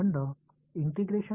மாணவர் பகுதி